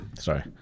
Sorry